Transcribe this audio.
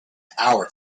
hour